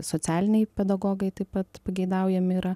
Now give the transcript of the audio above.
socialiniai pedagogai taip pat pageidaujami yra